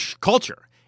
culture